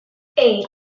eight